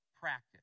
practice